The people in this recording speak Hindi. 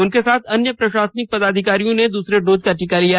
उनके साथ अन्य प्रशासनिक पदाधिकारियों ने दूसरे डोज का टीका लिया